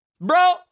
Bro